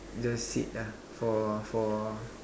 just sit ah for for